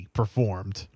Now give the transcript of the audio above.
performed